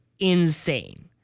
insane